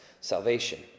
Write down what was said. salvation